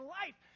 life